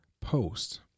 post